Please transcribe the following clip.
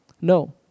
No